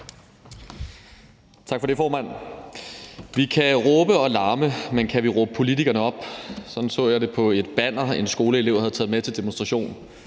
Tak for det, formand. Vi kan råbe og larme, men kan vi råbe politikerne op? Sådan så jeg det stå på et banner, en skoleelev havde taget med til demonstration,